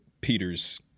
Peters –